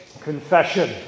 confession